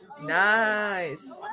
Nice